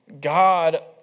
God